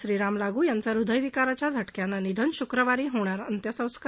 श्रीराम लागू यांचं हृदयविकाराच्या झटक्यानं निधन शुक्रवारी होणार अंत्यसंस्कार